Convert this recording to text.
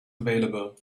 available